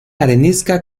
arenisca